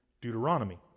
deuteronomy